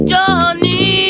Johnny